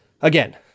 Again